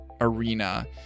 arena